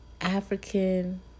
African